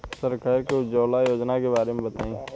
सरकार के उज्जवला योजना के बारे में बताईं?